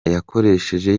yakoresheje